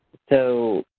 so,